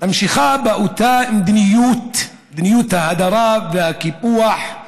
ממשיכה באותה מדיניות, מדיניות ההדרה והקיפוח,